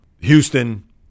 Houston